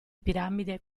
piramidi